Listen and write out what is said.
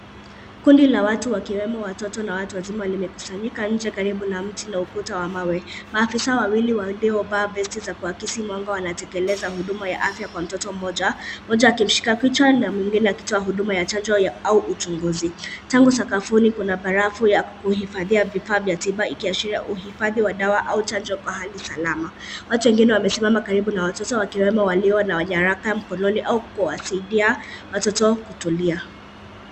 Kundi la watu wakiwemo watoto na watu wazima limekusanyika nje karibu na mti na ukuta wa mawe. Maafisa wawili waliovaa vesti za kuakisi mwanga wanatekeleza huduma ya afya kwa mtoto mmoja, mmoja akimshika kichwa na mwingine akitoa huduma ya chanjo au uchunguzi. Tangu sakafuni kuna barafu ya kuhifadhia vifaa vya tiba ikiashiria uhifadhi wa dawa au chanjo wa pahali salama. Watu wengine wamesimama karibu na watoto wakiwemo walio na nyaraka mkononi au kuwasaidia watoto wao kutulia.